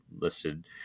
listed